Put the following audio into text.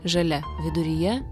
žalia viduryje